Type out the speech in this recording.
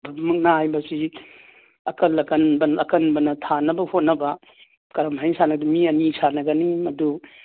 ꯃꯨꯛꯅꯥ ꯍꯥꯏꯕꯁꯤ ꯑꯀꯟꯕꯅ ꯊꯥꯅꯕ ꯍꯣꯠꯅꯕ ꯀꯔꯝꯍꯥꯏ ꯁꯥꯟꯅꯒꯦ ꯃꯤ ꯑꯅꯤ ꯁꯥꯟꯅꯒꯅꯤ ꯑꯗꯨ